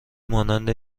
مانند